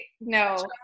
No